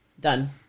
Done